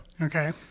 Okay